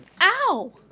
Ow